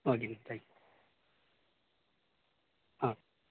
ஓகேங்க thank you ah